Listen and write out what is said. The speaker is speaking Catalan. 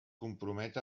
compromet